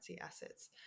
assets